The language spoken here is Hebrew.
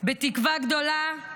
בתקווה גדולה,